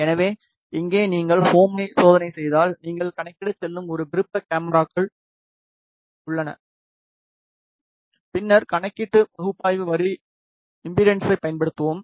எனவே இங்கே நீங்கள் ஹோமைசோதனை செய்தால் நீங்கள் கணக்கிடச் செல்லும் ஒரு விருப்ப மேக்ரோக்கள் உள்ளனபின்னர் கணக்கீட்டு பகுப்பாய்வு வரி இம்பிடண்ஸை பயன்படுத்தவும்